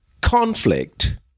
conflict